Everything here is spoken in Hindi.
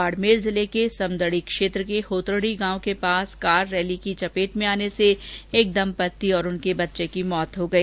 बाड़मेर जिले के समदड़ी क्षेत्र के होतरडी गांव के पास कार रैली के चपेट आने से एक दम्पति और उनके बच्चे की मौत हो गई